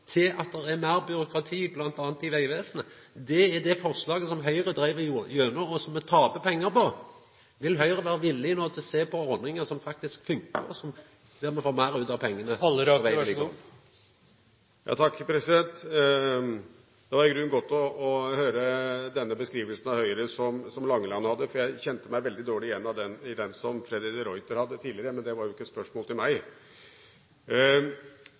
til at det er meir byråkrati, m.a. i Vegvesenet. Det er det forslaget som Høgre dreiv igjennom, og som me taper pengar på. Er Høgre no villig til å sjå på ordningar som faktisk funkar, og som gjer at vi får meir ut av pengane til veg og vedlikehald? Det var i grunnen godt å høre den beskrivelsen av Høyre som Langeland hadde, for jeg kjente meg veldig dårlig igjen i den som Freddy de Ruiter hadde tidligere, men det gjaldt jo ikke et spørsmål til meg.